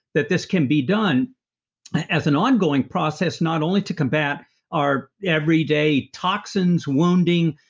that this can be done as an ongoing process, not only to combat our every day toxins, wounding,